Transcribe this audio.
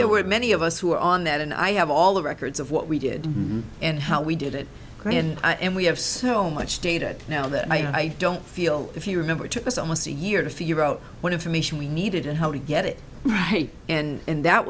there were many of us who were on that and i have all the records of what we did and how we did it and we have so much data now that i don't feel if you remember it took us almost a year to figure out what information we needed and how to get it right and